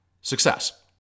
Success